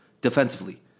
defensively